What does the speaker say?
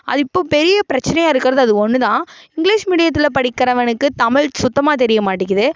அது இப்போ பெரிய பிரச்சனையாக இருக்கிறது அது ஒன்றுதான் இங்கிலிஷ் மீடியத்தில் படிக்கிறவனுக்கு தமிழ் சுத்தமாக தெரியமாட்டிங்கிது